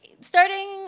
Starting